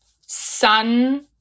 sun